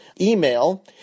email